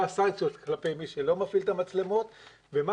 מה הסנקציות כלפי מי שלא מפעיל את המצלמות ומה